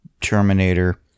Terminator